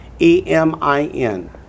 E-M-I-N